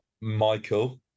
Michael